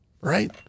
right